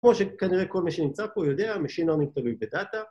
כמו שכנראה כל מי שנמצא פה יודע, machine learning תלוי בדאטה